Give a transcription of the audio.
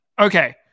Okay